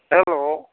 hello